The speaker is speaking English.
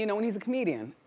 you know and he's a comedian.